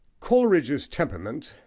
coleridge's temperament,